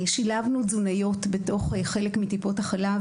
שילבנו תזונאיות בתוך חלק מטיפות החלב